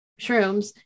shrooms